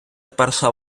перша